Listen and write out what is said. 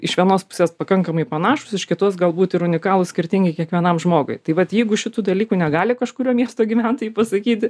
iš vienos pusės pakankamai panašūs iš kitos galbūt ir unikalūs skirtingi kiekvienam žmogui tai vat jeigu šitų dalykų negali kažkurio miesto gyventojai pasakyti